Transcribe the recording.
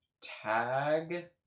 Tag